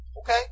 Okay